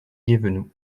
guévenoux